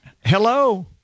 hello